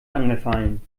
angefallen